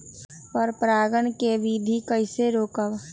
पर परागण केबिधी कईसे रोकब?